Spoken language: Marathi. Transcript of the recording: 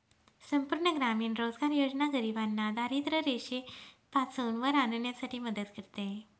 संपूर्ण ग्रामीण रोजगार योजना गरिबांना दारिद्ररेषेपासून वर आणण्यासाठी मदत करते